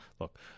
look